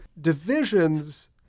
divisions